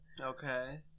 Okay